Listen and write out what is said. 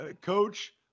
coach